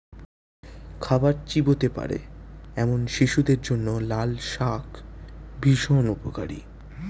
খাবার চিবোতে পারে এমন শিশুদের জন্য লালশাক ভীষণ উপকারী